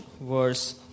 verse